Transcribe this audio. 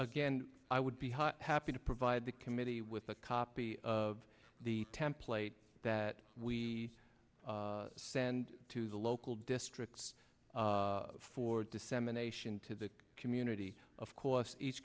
again i would be happy to provide the committee with a copy of the template that we send to the local districts for dissemination to the community of course each